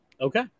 Okay